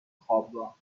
خوابگاه